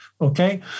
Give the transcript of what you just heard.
Okay